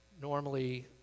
Normally